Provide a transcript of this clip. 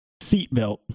Seatbelt